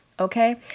okay